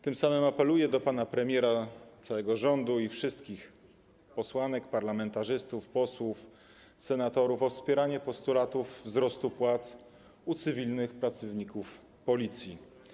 Tym samym apeluję do pana premiera, do całego rządu i wszystkich posłanek, parlamentarzystów, posłów, senatorów o wspieranie postulatu wzrostu płac cywilnych pracowników Policji.